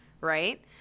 right